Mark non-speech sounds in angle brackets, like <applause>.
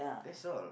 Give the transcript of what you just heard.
<noise> that's all